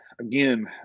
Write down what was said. Again